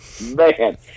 Man